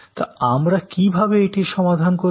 তা আমরা কীভাবে এটির সমাধান করব